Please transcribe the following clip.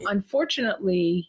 Unfortunately